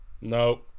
no